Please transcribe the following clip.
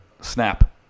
Snap